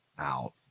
out